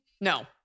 no